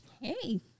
Hey